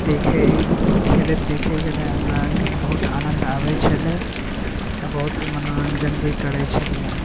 खेलैत देखैके ने हमरा आरकेँ बहुत आनन्द आबैत छलै और बहुत मनोरञ्जन भी करैत छलियै